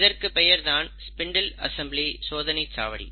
இதற்கு பெயர் தான் ஸ்பிண்டில் அசெம்ப்ளி சோதனைச்சாவடி